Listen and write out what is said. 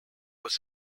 was